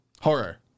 Horror